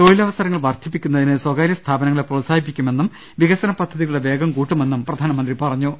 തൊഴിലവസരങ്ങൾ വർദ്ധി പ്പിക്കുന്നതിന് സ്ഥാപനങ്ങളെ പ്രോത്സാഹിപ്പിക്കുമെന്നും വികസന പദ്ധതികളുടെ വേഗം കൂട്ടുമെന്നും പ്രധാനമന്ത്രി പറഞ്ഞു